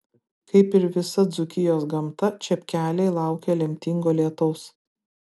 kaip ir visa dzūkijos gamta čepkeliai laukia lemtingo lietaus